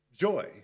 Joy